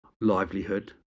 livelihood